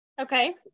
Okay